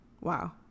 Wow